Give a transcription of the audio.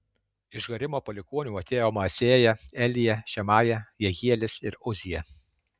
iš harimo palikuonių atėjo maasėja elija šemaja jehielis ir uzija